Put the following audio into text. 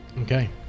Okay